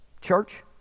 Church